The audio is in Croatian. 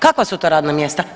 Kakva su to radna mjesta?